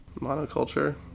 Monoculture